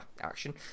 action